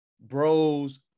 Bros